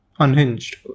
unhinged